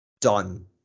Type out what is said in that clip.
done